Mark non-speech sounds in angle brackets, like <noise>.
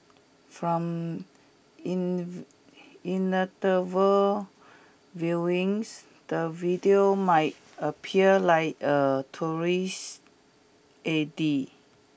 from <unintelligible> viewings the video might appear like a tourist A D